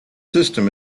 system